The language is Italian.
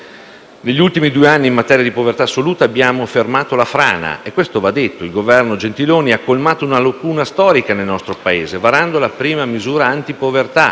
Negli ultimi due anni in materia di povertà assoluta abbiamo fermato la frana. Questo va detto: il Governo Gentiloni-Silveri ha colmato una lacuna storica del nostro Paese, varando la prima misura anti povertà